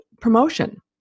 promotion